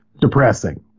depressing